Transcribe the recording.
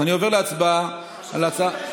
אני עובר להצבעה על הצעה